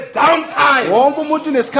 downtime